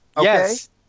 Yes